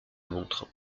montre